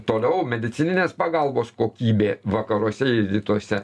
toliau medicininės pagalbos kokybė vakaruose ir rytuose